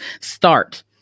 start